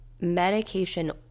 medication